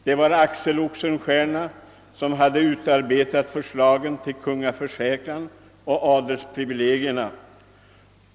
Det var Axel Oxenstierna som hade utarbetat förslagen till kungaförsäkran och adelsprivilegierna.